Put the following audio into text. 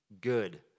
good